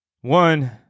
One